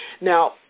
Now